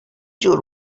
جور